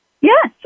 Yes